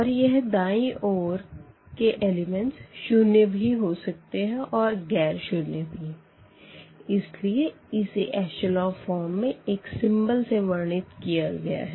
और यह दायीं ओर के एलिमेंट्स शून्य भी हो सकते हैं और गैर शून्य भी इसलिए इसे एशलों फ़ॉर्म में एक सिंबल से वर्णित किया गया है